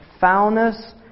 foulness